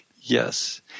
Yes